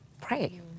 pray